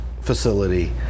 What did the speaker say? facility